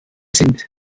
sind